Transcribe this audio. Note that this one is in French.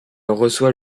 reçoit